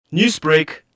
Newsbreak